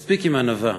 מספיק עם ענווה,